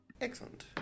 Excellent